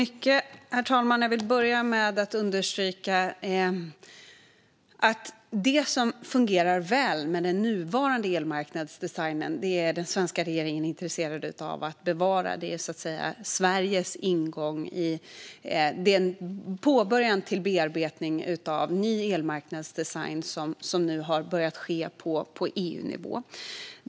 Herr talman! Jag vill börja med att understryka att den svenska regeringen är intresserad av att bevara det som fungerar väl med den nuvarande elmarknadsdesignen. Det är så att säga Sveriges ingång i den bearbetning av en ny elmarknadsdesign som nu har börjat ske på EU-nivå.